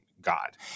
God